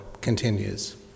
continues